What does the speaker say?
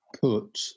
put